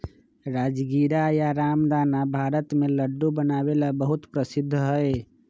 राजगीरा या रामदाना भारत में लड्डू बनावे ला बहुत प्रसिद्ध हई